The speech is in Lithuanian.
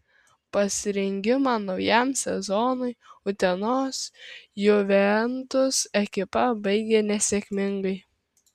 pasirengimą naujam sezonui utenos juventus ekipa baigė nesėkmingai